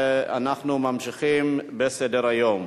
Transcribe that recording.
אנחנו ממשיכים בסדר-היום,